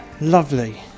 lovely